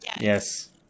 yes